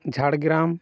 Jhargram